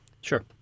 Sure